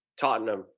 Tottenham